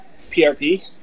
PRP